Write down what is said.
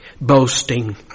boasting